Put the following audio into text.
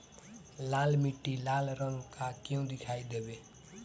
लाल मीट्टी लाल रंग का क्यो दीखाई देबे?